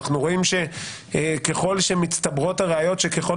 אנחנו רואים שככל שמצטברות הראיות שככל